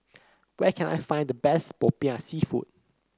where can I find the best popiah seafood